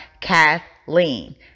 Kathleen